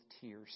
tears